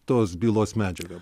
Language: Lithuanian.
tos bylos medžiaga